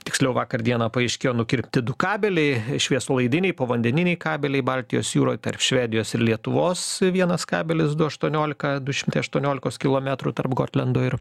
tiksliau vakar dieną paaiškėjo nukirpti du kabeliai šviesolaidiniai povandeniniai kabeliai baltijos jūroj tarp švedijos ir lietuvos vienas kabelis du aštuoniolika du šimtai aštuoniolikos kilometrų tarp gotlando ir